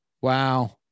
Wow